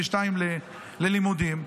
22 ללימודים,